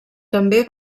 també